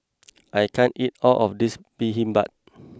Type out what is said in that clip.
I can't eat all of this Bibimbap